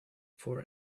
for